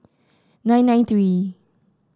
nine nine three